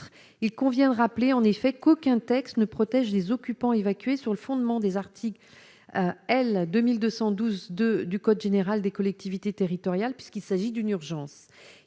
il convient de rappeler en effet qu'aucun texte ne protège les occupants évacués sur le fondement des articles L 2212 2 du code général des collectivités territoriales, puisqu'il s'agit d'une urgence,